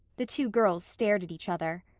the two girls stared at each other.